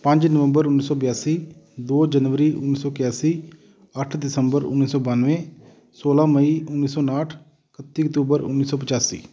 ਪੰਜ ਨਵੰਬਰ ਉੱਨੀ ਸੌ ਬਿਆਸੀ ਦੋ ਜਨਵਰੀ ਉੱਨੀ ਸੌ ਇਕਆਸੀ ਅੱਠ ਦਸੰਬਰ ਉੱਨੀ ਸੌ ਬੱਨਵੇ ਸੋਲ੍ਹਾਂ ਮਈ ਉੱਨੀ ਸੌ ਉਨਾਹਟ ਇਕੱਤੀ ਅਕਤੂਬਰ ਉੱਨੀ ਸੌ ਪਚਾਸੀ